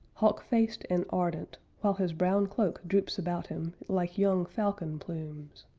hawk-faced and ardent, while his brown cloak droops about him like young falcon plumes.